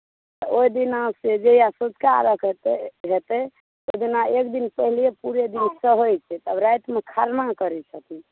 ओहि दिना से जहिया सँझुका अर्घ्य हेतै ओहि दिना एक दिन पहिलहिये दिन सहै छै सभ रातिमे खरना करै छथिन